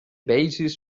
basis